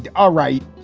and all right.